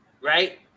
right